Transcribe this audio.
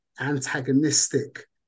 antagonistic